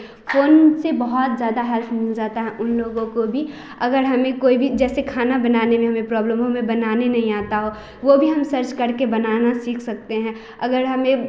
phone से बहुत ज़्यादा हेल्प मिल जाता है उन लोगों को भी अगर हमें कोई भी जैसे खाना बनाने में हमें प्रॉब्लम हो हमें बनाने नहीं आता हो वह भी हम सर्च करके बनाना सीख सकते हैं अगर हमें